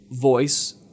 voice